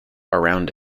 around